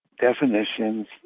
definitions